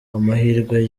amahirwe